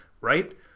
right